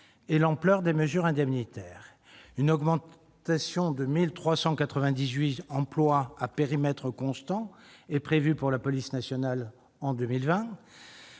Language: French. par l'ampleur des mesures indemnitaires. Une augmentation de 1 398 emplois à périmètre constant est prévue pour la police nationale en 2020,